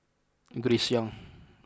Grace Young